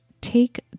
take